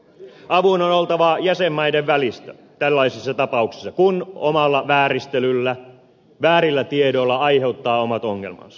avun on oltava jäsenmaiden välistä tällaisissa tapauksissa kun omalla vääristelyllä väärillä tiedoilla aiheuttaa omat ongelmansa